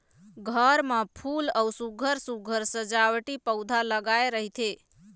घर म फूल अउ सुग्घर सुघ्घर सजावटी पउधा लगाए रहिथे